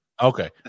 Okay